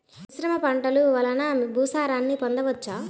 మిశ్రమ పంటలు వలన భూసారాన్ని పొందవచ్చా?